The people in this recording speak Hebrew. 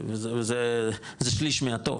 וזה שליש מהתור,